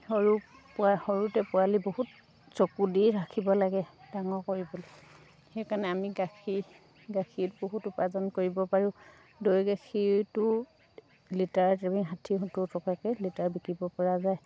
সৰু পোৱা সৰুতে পোৱালি বহুত চকু দি ৰাখিব লাগে ডাঙৰ কৰিবলৈ সেইকাৰণে আমি গাখীৰ গাখীৰত বহুত উপাৰ্জন কৰিব পাৰোঁ দৈ গাখীৰতো লিটাৰত ষাঠি সত্তৰ টকাকৈ লিটাৰ বিকিব পৰা যায়